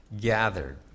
gathered